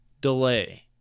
delay